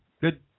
Good